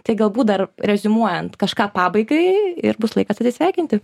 tai galbūt dar reziumuojant kažką pabaigai ir bus laikas atsisveikinti